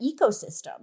ecosystem